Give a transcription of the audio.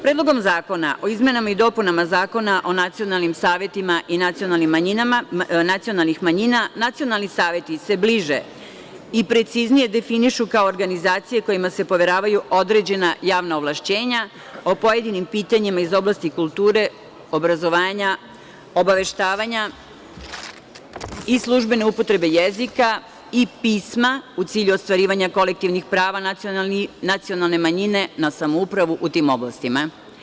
Predlogom zakona o izmenama i dopunama Zakona o nacionalnim savetima nacionalnih manjina nacionalni saveti se bliže i preciznije definišu kao organizacije kojima se poveravaju određena javna ovlašćenja o pojedinim pitanjima iz oblasti kulture, obrazovanja, obaveštavanja i službene upotrebe jezika i pisma, a u cilju ostvarivanja kolektivnih prava nacionalne manjine na samoupravu u tim oblastima.